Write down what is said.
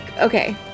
Okay